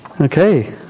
Okay